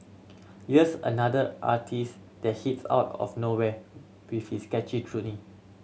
here's another artiste that hits out of nowhere with this catchy